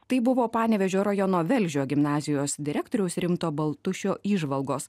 tai buvo panevėžio rajono velžio gimnazijos direktoriaus rimto baltušio įžvalgos